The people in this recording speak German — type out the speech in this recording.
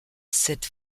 set